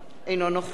אינו נוכח